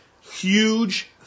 huge